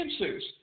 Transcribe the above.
answers